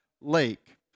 lake